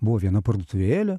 buvo viena parduotuvėlė